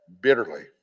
bitterly